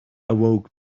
awoke